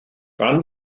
gan